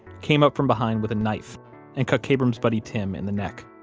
came up from behind with a knife and cut kabrahm's buddy, tim, in the neck.